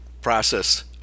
process